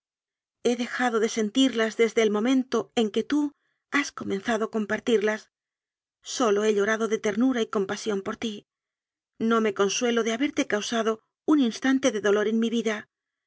he dejado de sentirlas desde el momento en que tú has comenzado a compartirlas sólo he llorado de ternura y compa sión por ti no me consuelo de haberte causado un instante de dolor en mi vida